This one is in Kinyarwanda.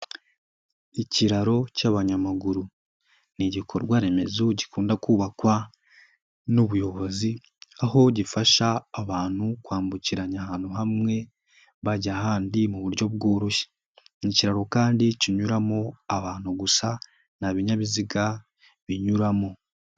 Ikiraro cy'abanyamaguru. Ni igikorwa remezo gikunda kubakwa n'ubuyobozi, aho gifasha abantu kwambukiranya ahantu hamwe, bajya ahandi mu buryo bworoshye, ni ikiraro kandi kinyuramo abantu gusa nta binyabiziga binyuramo.